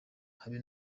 habe